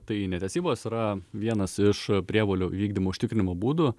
tai netesybos yra vienas iš prievolių įvykdymo užtikrinimo būdų